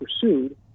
pursued